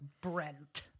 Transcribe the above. Brent